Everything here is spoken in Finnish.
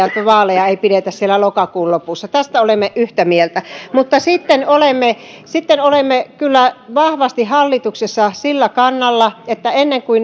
että vaaleja ei pidetä siellä lokakuun lopussa tästä olemme yhtä mieltä mutta sitten olemme sitten olemme kyllä vahvasti hallituksessa sillä kannalla että kun